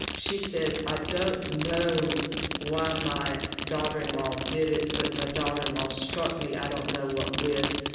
she says, i don't know why um my daughter-in-law did it, but my daughter-in-law struck me, i don't know what with,